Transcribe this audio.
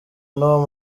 n’uwo